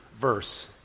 verse